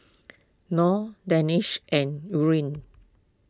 Nor Danish and Nurin